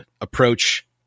approach